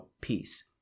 peace